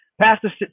Pastor